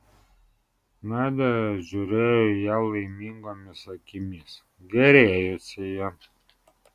nadia žiūrėjo į ją laimingomis akimis gėrėjosi ja